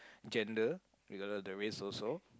gender regardless the race also